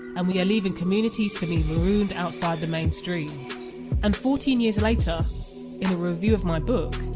and we are leaving communities to be marooned outside the mainstream and fourteen years later, in a review of my book,